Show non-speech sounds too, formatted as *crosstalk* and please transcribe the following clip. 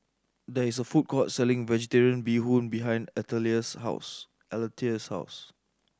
there is a food court selling Vegetarian Bee Hoon behind *unintelligible* house Alethea's house